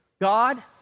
God